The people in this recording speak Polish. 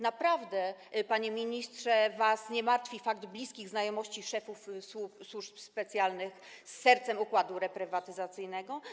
Naprawdę, panie ministrze, was nie martwi fakt bliskich znajomości szefów służb specjalnych z sercem układu reprywatyzacyjnego?